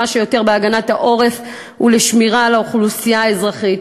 שיותר בהגנת העורף ובשמירה על האוכלוסייה האזרחית.